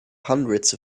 hundreds